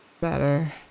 better